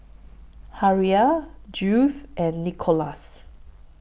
Harrell Judyth and Nicolas